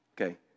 Okay